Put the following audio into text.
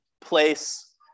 place